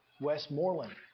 Westmoreland